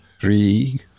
three